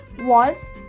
walls